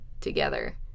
together